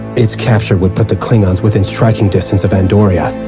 its capture would put the klingons within striking distance of andoria,